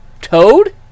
Toad